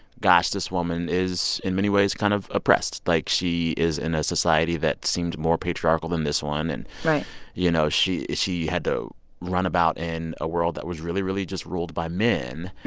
gosh, this woman is in many ways kind of oppressed. like, she is in a society that seemed more patriarchal than this one, and, you know, she she had to run about in a world that was really, really just ruled by men.